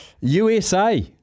USA